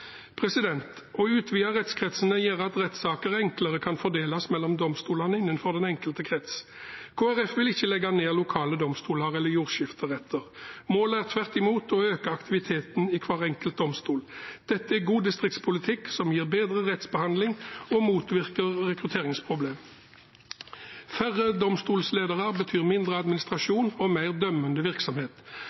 Å utvide rettskretsene gjør at rettssaker enklere kan fordeles mellom domstolene innenfor den enkelte krets. Kristelig Folkeparti vil ikke legge ned lokale domstoler eller jordskifteretter. Målet er tvert imot å øke aktiviteten i hver enkelt domstol. Dette er god distriktspolitikk som gir bedre rettsbehandling og motvirker rekrutteringsproblemer. Færre domstolledere betyr mindre administrasjon og mer dømmende virksomhet.